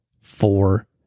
four